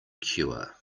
cure